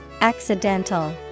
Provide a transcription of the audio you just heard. Accidental